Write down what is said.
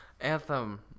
Anthem